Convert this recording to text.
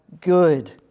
good